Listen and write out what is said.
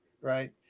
Right